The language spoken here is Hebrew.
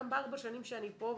גם בארבע שנים שאני פה,